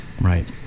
Right